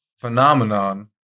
phenomenon